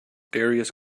darius